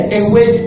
away